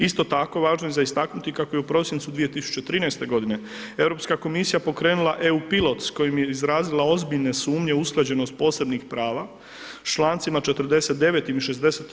Isto tako, važno je za istaknuti kako je u prosincu 2013.g. Europska komisija pokrenula EU pilot s kojim je izrazila ozbiljne sumnje u usklađenost posebnih prava s člancima 49. i 63.